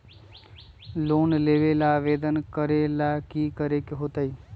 Loan लेबे ला आवेदन करे ला कि करे के होतइ?